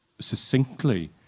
succinctly